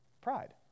Pride